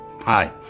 Hi